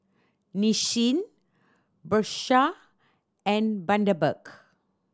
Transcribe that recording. Nissin Bershka and Bundaberg